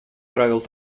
правил